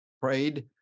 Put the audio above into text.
prayed